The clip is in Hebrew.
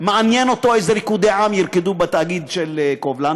מעניין אותו איזה ריקודי עם ירקדו בתאגיד של קובלנץ,